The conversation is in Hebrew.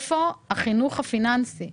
איפה החינוך הפיננסי?